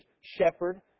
Shepherd